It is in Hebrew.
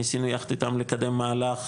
ניסינו יחד איתם לקדם מהלך,